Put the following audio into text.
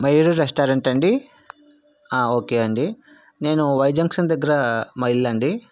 మయూరి రెస్టారెంటా అండి ఓకే అండి నేను వై జంక్షన్ దగ్గర మా ఇల్లు అండి